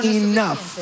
enough